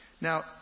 Now